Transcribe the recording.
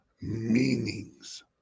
meanings